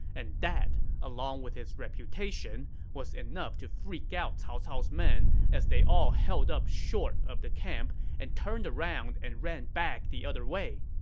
and that, along with his reputation, was enough to freak out cao cao's men as they all held up short of the camp and turned around and ran back the other way.